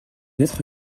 être